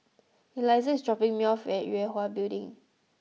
Elizah is dropping me off at Yue Hwa Building